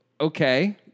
okay